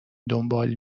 دنبال